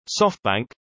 SoftBank